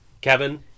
Kevin